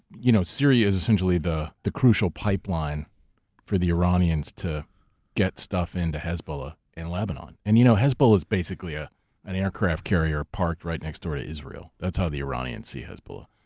you know, syria is essentially the the crucial pipeline for the iranians to get stuff into hezbollah in lebanon. and you know hezbollah's basically is ah an aircraft carrier parked right next door to israel. that's how the iranians see hezbollah.